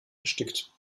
erstickt